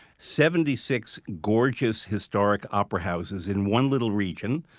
seventy-six gorgeous, historic opera houses in one little region.